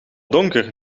donker